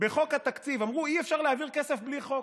בחוק התקציב אמרו: אי-אפשר להעביר כסף בלי חוק.